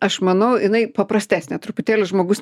aš manau jinai paprastesnė truputėlį žmogus